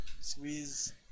Squeeze